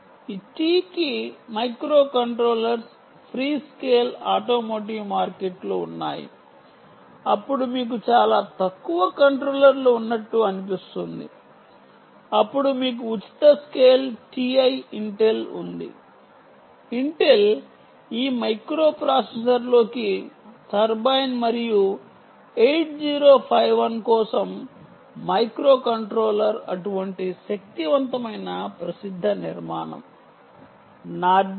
Ti కి microcontrollers free scale automotive మార్కెట్లు ఉన్నాయి అప్పుడు మీకు చాలా తక్కువ కంట్రోలర్లు ఉన్నట్లు అనిపిస్తుంది అప్పుడు మీకు ఉచిత స్కేల్ Ti ఇంటెల్ ఉంది ఇంటెల్ ఈ మైక్రోప్రాసెసర్లోకి టర్బైన్ మరియు 8051 కోసం మైక్రోకంట్రోలర్ అటువంటి శక్తివంతమైన ప్రసిద్ధ నిర్మాణం నార్డిక్